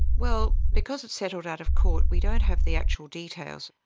well, because it settled out of court we don't have the actual details.